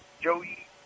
Joey